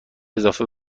اضافه